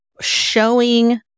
showing